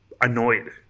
annoyed